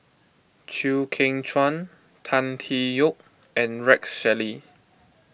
Chew Kheng Chuan Tan Tee Yoke and Rex Shelley